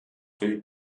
für